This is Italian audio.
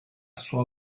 sua